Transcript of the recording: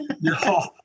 no